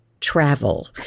travel